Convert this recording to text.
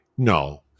no